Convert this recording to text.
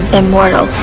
immortal